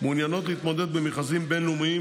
מעוניינות להתמודד במכרזים בין-לאומיים